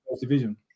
division